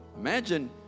Imagine